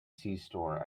store